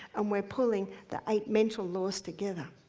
and we're pulling the eight mental laws together.